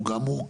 הוא גם מורכב,